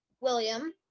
William